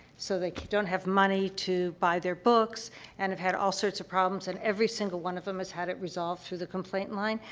so they don't have money to buy their books and have had all sorts of problems. and every single one of them has had it resolved through the complaint line.